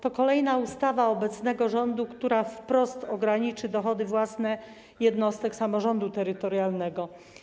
To kolejna ustawa obecnego rządu, która wprost ograniczy dochody własne jednostek samorządu terytorialnego.